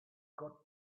got